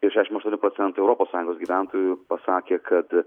ir šešiasdešim aštuoni procentai europos sąjungos gyventojų pasakė kad